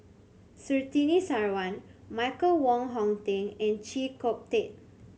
Surtini Sarwan Michael Wong Hong Teng and Chee Kong Tet